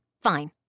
fine